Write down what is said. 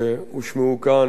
ואני אציע,